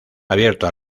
abierto